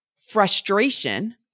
frustration